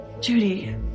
Judy